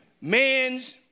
Man's